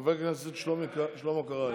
חבר הכנסת שלמה קרעי.